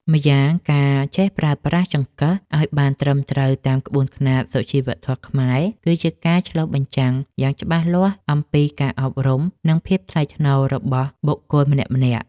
ម្យ៉ាងការចេះប្រើប្រាស់ចង្កឹះឱ្យបានត្រឹមត្រូវតាមក្បួនខ្នាតសុជីវធម៌ខ្មែរគឺជាការឆ្លុះបញ្ចាំងយ៉ាងច្បាស់អំពីការអប់រំនិងភាពថ្លៃថ្នូររបស់បុគ្គលម្នាក់ៗ។